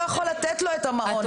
לא יכול לתת לו את המעון,